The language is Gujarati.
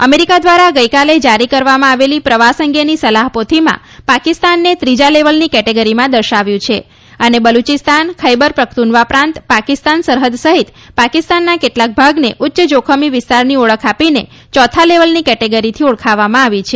અમેરીકા દ્વારા ગઇકાલે જારી કરવામાં આવેલી પ્રવાસ અંગેની સલાહ પોથીમાં પાકિસ્તાનને ત્રીજા લેવલની ફુટેગરીમાં દર્શાવ્યું છે અને બલુચિસ્તાન ષેબર પશ્નુનવા પ્રાંત પાકિસ્તાન સરહદ સહિત પાકિસ્તાનનો કેટલાક ભાગને ઉચ્ચ જોખમી વિસ્તારની ઓળખ આપીને ચોથા લેવલની કેટેગરીથી ઓળખાવામાં આવી છે